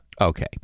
Okay